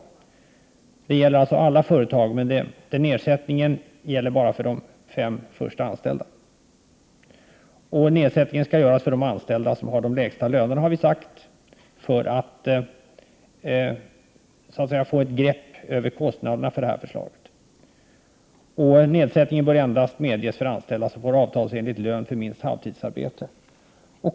Verksamheten gäller alla företag men nedsättningen gäller bara de fem första anställda. Nedsättningen skall göras för de anställda med de lägsta lönerna för att vi skall kunna hantera kostnaderna för förslaget. Nedsättningen bör vidare endast medges för anställda som får avtalsenlig lön för minst halvtidsarbete.